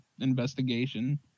investigation